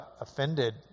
offended